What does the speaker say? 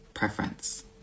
preference